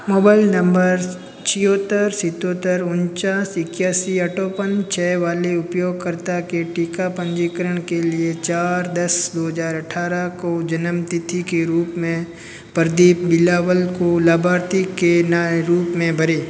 mobile number छिहत्तर सतहत्तर उनचास इक्यासी अटोपन छः वाले उपयोगकर्ता के टीका पंजीकरण के लिए चार दस दो हज़ार अठारह को जन्मतिथि के रूप में प्रदीप बिलावल को लाभार्थी के नाय रूप में भरे